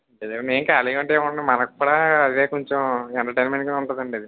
main ఖాళీగా ఉంటే ఏముంటదండి మనక్కూడా అదే కొంచెం ఎంటర్టైన్మెంట్గా ఉంటాదండి అది